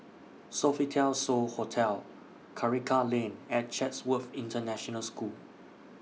Sofitel So Hotel Karikal Lane and Chatsworth International School